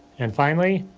and finally,